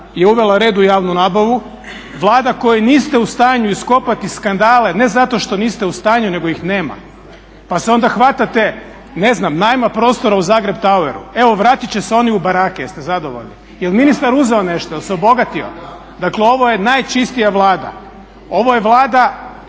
je uvela red u javnu nabavu, Vlada kojoj niste u stanju iskopati skandale ne zato što niste u stanju nego ih nema pa se onda hvatate ne znam najma prostora u Zagreb toweru, evo vratiti će se oni u barake. Jeste zadovoljni? Jel' ministar uzeo nešto, jel' se obogatio? Dakle, ovo je najčistija Vlada. Ovo je Vlada